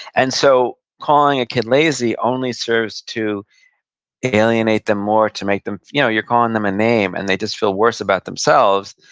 and so calling a kid lazy only serves to alienate them more, to make them feel, you know, you're calling them a name, and they just feel worse about themselves,